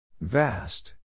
Vast